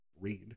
read